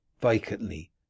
vacantly